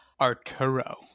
Arturo